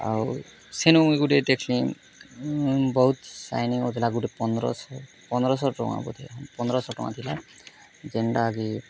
ଆଉ ସେନୁ ଗୋଟେ ଦେଖି ମୁଁ ବହୁତ ସାଇନିଂ ହଉ ଥିଲା ଗୋଟେ ପନ୍ଦର ଶହ ପନ୍ଦର ଶହ ଟଙ୍କା ବୋଧେ ପନ୍ଦର ଶହ ଟଙ୍କା ଥିଲା ଯେନ୍ତା କି